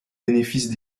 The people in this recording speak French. bénéfices